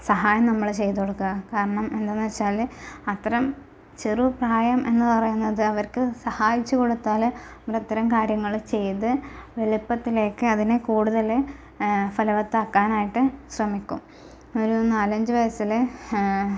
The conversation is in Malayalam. സഹായം നമ്മള് ചെയ്ത് കൊടുക്കുക കാരണം എന്തെന്ന് വെച്ചാല് അത്തരം ചെറു പ്രായം എന്ന് പറയുന്നത് അവർക്ക് സഹായിച്ച് കൊടുത്താല് അവരത്തരം കാര്യങ്ങള് ചെയ്ത് എളുപ്പത്തിലേക്ക് അതിനേ കൂടുതൽ ഫലവത്താക്കാനായിട്ട് ശ്രമിക്കും അങ്ങനെ ഒരു നാലഞ്ച് വയസ്സില്